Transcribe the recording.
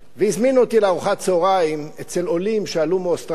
והזמינו אותי לארוחת צהריים אצל עולים מאוסטרליה